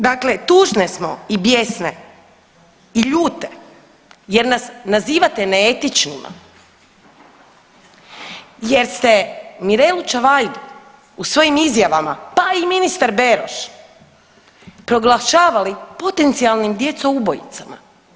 Dakle, tužne smo i bijesne i ljute jer nas nazivate neetičnima, jer ste Mirelu Čavajdu u svojim izjavama pa i ministar Beroš proglašavali potencijalnim djecoubojicama.